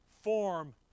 Form